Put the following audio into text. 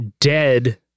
dead